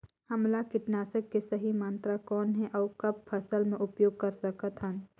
हमला कीटनाशक के सही मात्रा कौन हे अउ कब फसल मे उपयोग कर सकत हन?